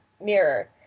mirror